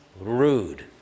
rude